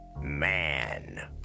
Man